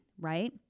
right